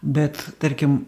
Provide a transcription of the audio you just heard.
bet tarkim